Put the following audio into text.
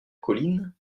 colline